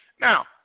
Now